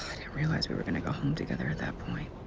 didn't realize we were gonna go home together that point.